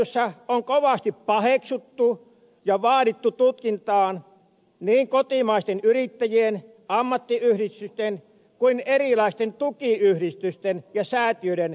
julkisuudessa on kovasti paheksuttu ja vaadittu tutkintaan niin kotimaisten yrittäjien ammattiyhdistysten kuin erilaisten tukiyhdistysten ja säätiöiden jakamaa tukea